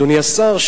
אדוני השר,